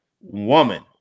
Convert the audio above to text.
woman